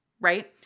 Right